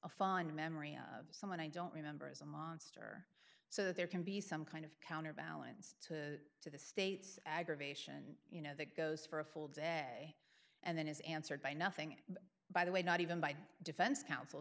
a fond memory of someone i don't remember as a monster so that there can be some kind of counterbalance to to the state's aggravation you know that goes for a full day and then is answered by nothing by the way not even by defense counsel